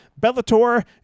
Bellator